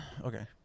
Okay